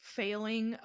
failing